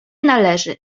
należy